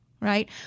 right